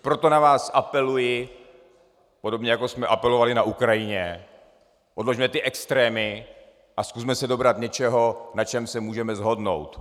Proto na vás apeluji, podobně jako jsme apelovali na Ukrajině, odložme ty extrémy a zkusme se dobrat něčeho, na čem se můžeme shodnout.